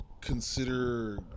consider